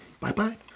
Bye-bye